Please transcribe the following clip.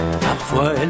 Parfois